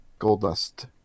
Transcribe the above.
Goldust